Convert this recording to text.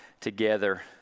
together